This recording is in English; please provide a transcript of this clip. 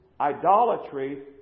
idolatry